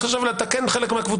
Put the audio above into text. עכשיו אתה חלק מהקבוצה,